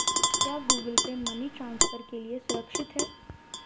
क्या Google Pay money transfer के लिए सुरक्षित है?